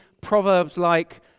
proverbs-like